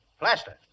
Plaster